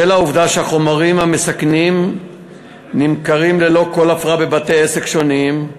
בשל העובדה שהחומרים המסכנים נמכרים ללא כל הפרעה בבתי-עסק שונים,